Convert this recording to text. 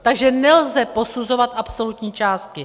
Takže nelze posuzovat absolutní částky.